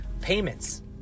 payments